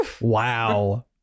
wow